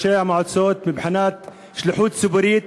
מבחינת שליחות ציבורית,